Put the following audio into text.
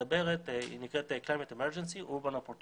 היא נקראת climate emergency urban opportunity